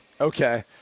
Okay